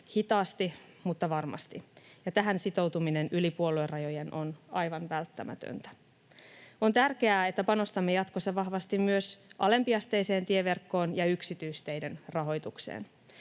hitaasti mutta varmasti, ja tähän sitoutuminen yli puoluerajojen on aivan välttämätöntä. On tärkeää, että panostamme jatkossa vahvasti myös alempiasteiseen tieverkkoon ja yksityisteiden rahoitukseen.